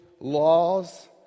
laws